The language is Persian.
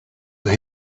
هند